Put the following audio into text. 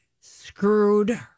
screwed